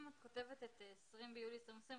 אם את כותבת 20 ביולי 2020,